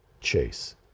Chase